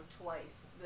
twice